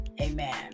Amen